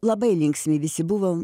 labai linksmi visi buvom